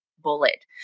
bullet